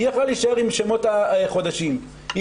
היא יכלה להישאר עם שמות החודשים אבל היא